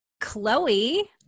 Chloe